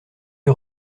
que